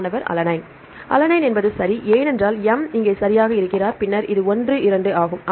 மாணவர் அலனின் அலனைன் என்பது சரி ஏனென்றால் M இங்கே சரியாக இருக்கிறார் பின்னர் இது 1 2 ஆகும்